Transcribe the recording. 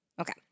Okay